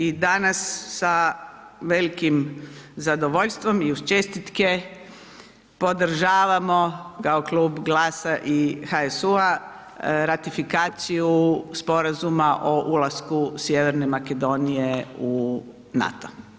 I danas sa velikim zadovoljstvom i uz čestitke, podržavamo kao Klub GLAS-a i HSU-a ratifikaciju sporazuma o ulasku Sjeverne Makedonije u NATO.